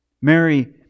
Mary